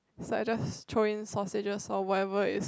so I just throw in sausages or whatever is